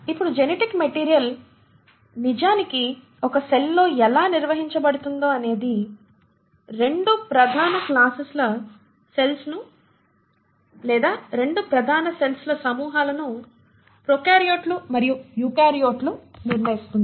ఇప్పుడు ఈ genetic material నిజానికి ఒకసెల్ లో ఎలా నిర్వహించబడుతుందో అనేది రెండు ప్రధాన క్లాసెస్ ల సెల్స్ ను లేదా 2 ప్రధాన సెల్స్ ల సమూహాలను ప్రొకార్యోట్లు మరియు యూకారియోట్లను నిర్ణయిస్తుంది